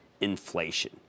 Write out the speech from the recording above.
inflation